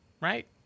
right